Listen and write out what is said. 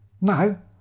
No